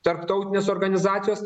tarptautinės organizacijos